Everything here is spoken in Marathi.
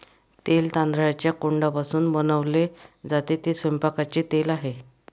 तेल तांदळाच्या कोंडापासून बनवले जाते, ते स्वयंपाकाचे तेल आहे